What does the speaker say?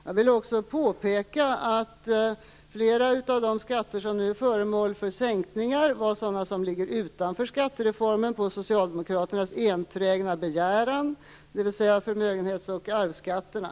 Jag vill också påpeka att flera av de skatter som nu är föremål för sänkning är sådana som ligger utanför skattereformen, på socialdemokraternas enträgna begäran, dvs. förmögenhets och arvsskatterna.